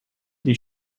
des